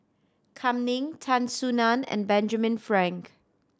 Kam Ning Tan Soo Nan and Benjamin Frank